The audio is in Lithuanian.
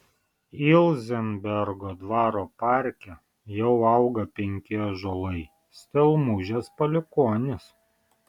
ilzenbergo dvaro parke jau auga penki ąžuolai stelmužės palikuonys